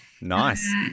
nice